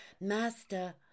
Master